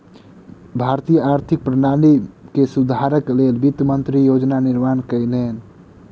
भारतीय आर्थिक प्रणाली के सुधारक लेल वित्त मंत्री योजना निर्माण कयलैन